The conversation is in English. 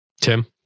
Tim